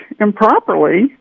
improperly